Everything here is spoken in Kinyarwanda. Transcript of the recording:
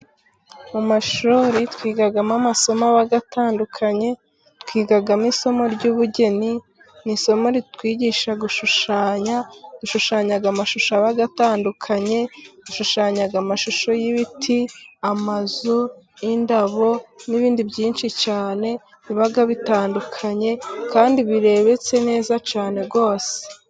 Mu mashuri twigamo amasomo aba atandukanye twigamo isomo ry'ubugeni, ni isomo ritwigisha gushushanya. Dushushanya amashusho aba atandukanye dushushanya amashusho y'ibiti, amazu, indabo n'ibindi byinshi cyane biba bitandukanye kandi birebetse neza cyane rwose.